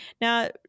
Now